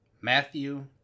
Matthew